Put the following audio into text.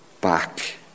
back